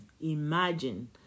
imagine